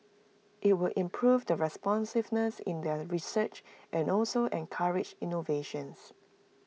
IT will improve the responsiveness in their research and also encourage innovations